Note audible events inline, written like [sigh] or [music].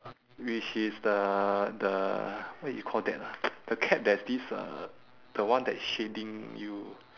which is the the what you call that ah [noise] the cap there's this uh the one that is shading you